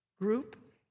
group